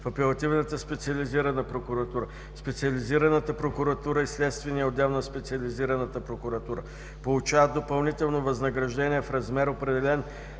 в апелативната специализирана прокуратура, в специализираната прокуратура и следствения отдел на специализираната прокуратура получават допълнително възнаграждение в размер, определен